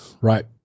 right